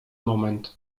moment